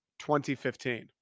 2015